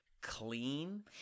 clean